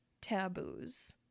taboos